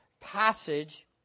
passage